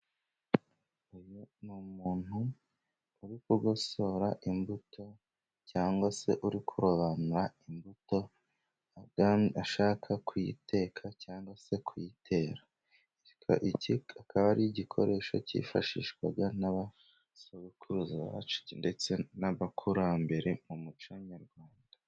Uyu ni umuntu uri kugosora imbuto, cyangwa se uri kurobanura imbuto, ashaka kuyiteka cyangwa se kuyitera, iki akaba ari igikoresho cyifashishwa na basogokuruza bacu, ndetse n' abakurambere mu muco nyarwanda.